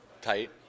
tight